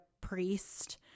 priest